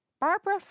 Barbara